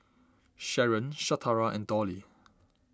Sharen Shatara and Dolly